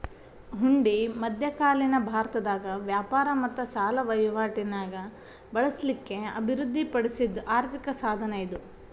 ಹುಂಡಿ ಮಧ್ಯಕಾಲೇನ ಭಾರತದಾಗ ವ್ಯಾಪಾರ ಮತ್ತ ಸಾಲ ವಹಿವಾಟಿ ನ್ಯಾಗ ಬಳಸ್ಲಿಕ್ಕೆ ಅಭಿವೃದ್ಧಿ ಪಡಿಸಿದ್ ಆರ್ಥಿಕ ಸಾಧನ ಇದು